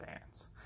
fans